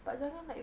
but sometimes like